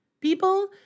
People